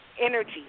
energy